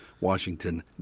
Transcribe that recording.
Washington